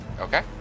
Okay